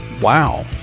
wow